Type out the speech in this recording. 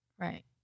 Right